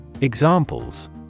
Examples